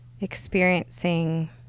experiencing